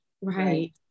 right